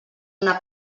una